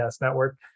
network